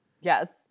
Yes